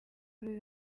kuri